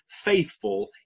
faithful